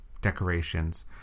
decorations